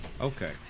Okay